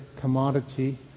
commodity